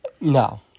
No